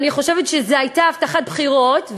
אני חושבת שזאת הייתה הבטחת בחירות.